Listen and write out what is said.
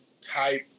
type